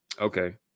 Okay